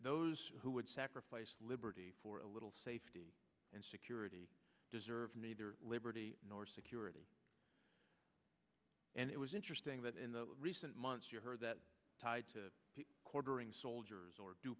those who would sacrifice liberty for a little safety and security deserve neither liberty nor security and it was interesting that in the recent months you heard that tied to the quartering soldiers or d